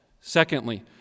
Secondly